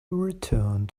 returned